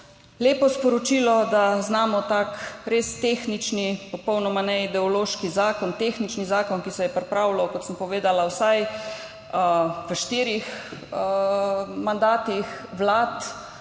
lepo sporočilo, da znamo tak res tehnični, popolnoma neideološki zakon, ki se je pripravljal, kot sem povedala, vsaj v štirih mandatih vlad,